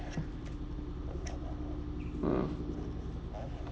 um